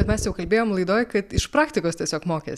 mes jau kalbėjom laidoj kad iš praktikos tiesiog mokės